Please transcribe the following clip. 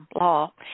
law